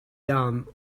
done